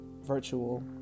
virtual